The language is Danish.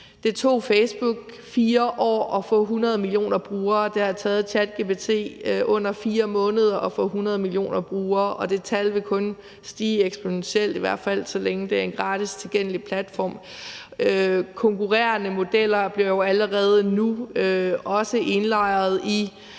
Det tog Facebook 4 år at få 100 millioner brugere; det har taget ChatGPT under 4 måneder at få 100 millioner brugere, og det tal vil kun stige eksponentielt, i hvert fald så længe det er en gratis tilgængelig platform. Konkurrerende modeller bliver jo allerede nu også indlejret i